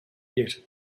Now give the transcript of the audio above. yet